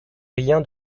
rien